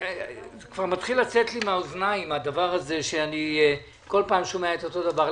כל פעם אני שומע את אותו הדבר.